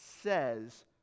says